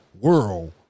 world